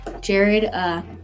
Jared